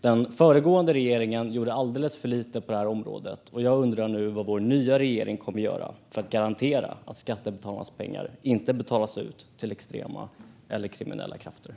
Den föregående regeringen gjorde alldeles för lite på detta område, och jag undrar nu: Vad kommer vår nya regering att göra för att garantera att skattebetalarnas pengar inte betalas ut till extrema eller kriminella krafter?